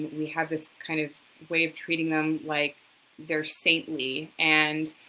we have this kind of way of treating them like they're saintly and